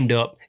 up